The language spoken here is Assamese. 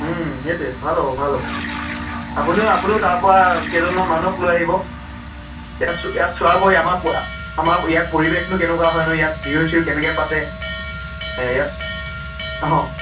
সেইটোৱে ভাল হ'ব ভাল হ'ব আপুনিও আপুনিও তাৰপৰা কেইজনমান মানুহক লৈ আহিব ইয়াত ইয়াত চোৱাবই আমাৰ আমাৰ ইয়াত পৰিৱেশতোনো কেনেকুৱা হয় ন ইয়াত বিহু চিহু কেনেকৈ পাতে এই ইয়াত অঁ